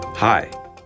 Hi